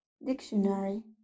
dictionary